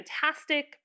fantastic